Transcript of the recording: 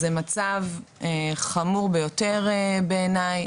זה מצב חמור ביותר, בעיניי.